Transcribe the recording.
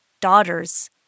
daughters